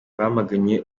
bamaganye